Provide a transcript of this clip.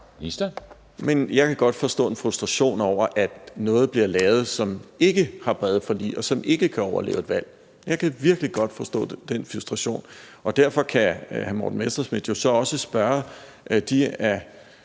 Jeg kan godt forstå en frustration over, at der bliver lavet noget, som ikke har brede forlig bag sig, og som ikke kan overleve et valg. Jeg kan virkelig godt forstå den frustration, og derfor kan hr. Morten Messerschmidt jo så også spørge de af